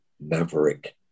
maverick